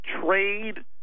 trade